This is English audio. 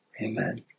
Amen